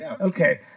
Okay